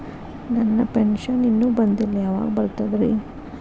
ನನ್ನ ಪೆನ್ಶನ್ ಇನ್ನೂ ಬಂದಿಲ್ಲ ಯಾವಾಗ ಬರ್ತದ್ರಿ?